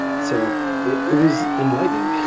so it it was enlightening.